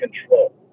control